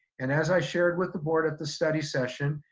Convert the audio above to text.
and as i shared with the board at the study session,